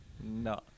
no